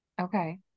Okay